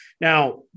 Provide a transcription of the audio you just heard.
Now